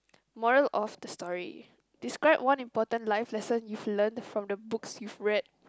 moral of the story describe one important life lesson you've learnt from the books you've read